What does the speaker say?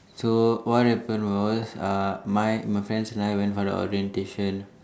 so what happen was uh my my friends and I went for the orientation